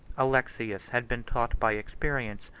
alexius had been taught by experience,